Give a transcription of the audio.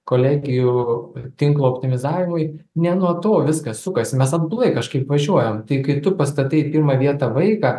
kolegijų tinklo optimizavimui ne nuo to viskas sukasi mes atbulai kažkaip važiuojam tai kai tu pastatai į pirmą vietą vaiką